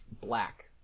Black